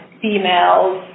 females